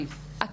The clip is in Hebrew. קריטריונים.